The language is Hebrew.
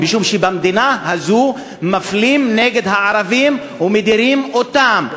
משום שבמדינה הזאת מפלים הערבים ומדירים אותם.